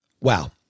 Wow